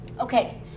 Okay